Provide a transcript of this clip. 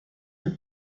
del